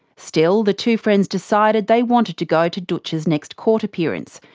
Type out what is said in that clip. still, the two friends decided they wanted to go to dootch's next court appearance,